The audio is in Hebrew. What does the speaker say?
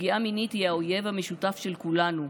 פגיעה מינית היא האויב המשותף של כולנו,